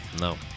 no